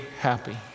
happy